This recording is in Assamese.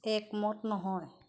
একমত নহয়